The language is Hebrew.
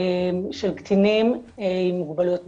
של קטינים עם מוגבלות נפשית,